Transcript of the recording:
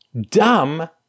dumb